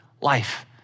life